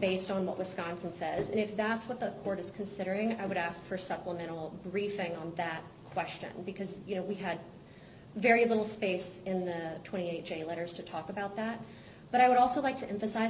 based on what wisconsin says and if that's what the court is considering i would ask for supplemental briefing on that question because you know we had very little space in the twenty eight chain letters to talk about that but i would also like to emphasize